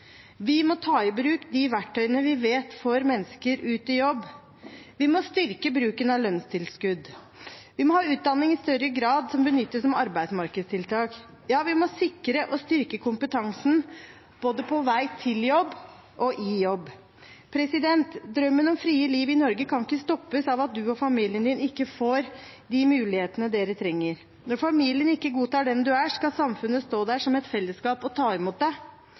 Vi må ta i bruk de verktøyene vi vet får mennesker ut i jobb. Vi må styrke bruken av lønnstilskudd. Vi må i større grad benytte utdanning som arbeidsmarkedstiltak. Ja, vi må sikre og styrke kompetansen både på vei til jobb og i jobb. Drømmen om frie liv i Norge kan ikke stoppes av at du og familien din ikke får de mulighetene dere trenger. Når familien ikke godtar den du er, skal samfunnet stå der som et fellesskap og ta imot deg.